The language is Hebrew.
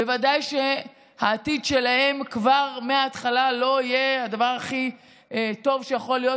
בוודאי שהעתיד שלהם כבר מההתחלה לא יהיה הדבר הכי טוב שיכול להיות,